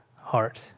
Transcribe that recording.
heart